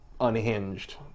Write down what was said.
unhinged